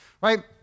right